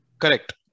Correct